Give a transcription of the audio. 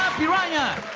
piranhas!